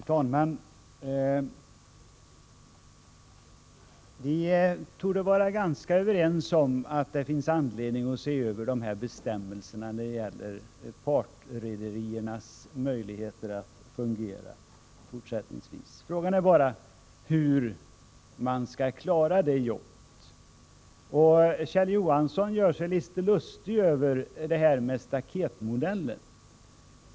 Fru talman! Vi torde vara ganska överens om att det finns anledning att se över bestämmelserna när det gäller partrederiernas möjligheter att fungera fortsättningsvis. Frågan är bara hur man skall klara det jobbet. Kjell Johansson gör sig litet lustig över staketmodellen.